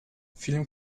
film